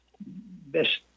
best